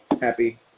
happy